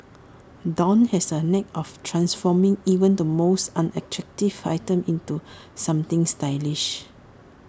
dawn has A knack for transforming even the most unattractive item into something stylish